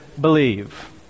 believe